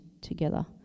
together